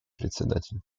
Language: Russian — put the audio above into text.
председатель